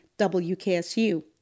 WKSU